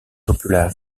popular